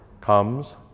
comes